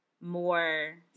more